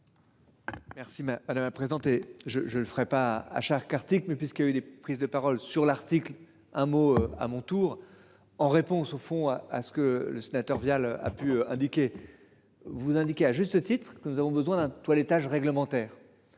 Merci ma madame a présenter je je le ferai pas à chaque article mais puisqu'il y a eu des prises de parole sur l'article un mot à mon tour, en réponse au fond à ce que le sénateur Vial a pu indiquer. Vous indiquez à juste titre que nous avons besoin d'un toilettage réglementaire.